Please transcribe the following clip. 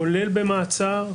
כולל במעצר,